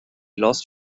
lost